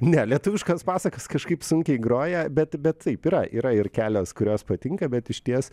ne lietuviškas pasakas kažkaip sunkiai groja bet bet taip yra yra ir kelios kurios patinka bet išties